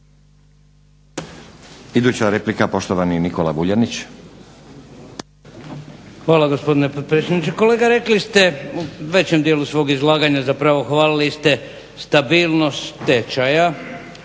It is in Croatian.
laburisti - Stranka rada)** Hvala gospodine potpredsjedniče. Kolega rekli ste u većem dijelu svog izlaganja zapravo hvalili ste stabilnost tečaja